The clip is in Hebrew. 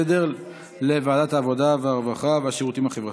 סדר זה נקבע מתוך הנחה שהראשונים לחזור